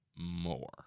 More